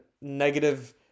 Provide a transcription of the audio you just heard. negative